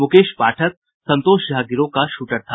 मुकेश पाठक संतोष झा गिरोह का शूटर था